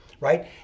Right